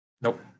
Nope